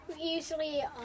usually